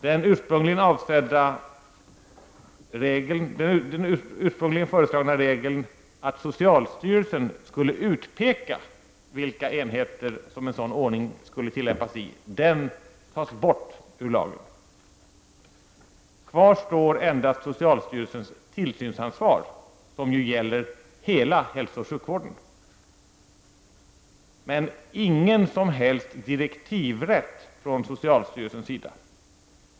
Den ursprungligen föreslagna regeln att socialstyrelsen skulle utpeka hos vilka enheter som en sådan ordning skulle tillämpas tas bort ur lagen. Kvar står endast socialstyrelsens tillsynsansvar, som ju gäller hela hälsooch sjukvården, men ingen som helst direktivrätt från socialstyrelsens sida.